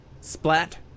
splat